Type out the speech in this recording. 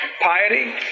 piety